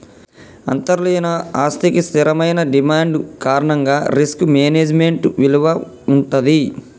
అంతర్లీన ఆస్తికి స్థిరమైన డిమాండ్ కారణంగా రిస్క్ మేనేజ్మెంట్ విలువ వుంటది